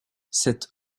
cette